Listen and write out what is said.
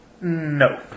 No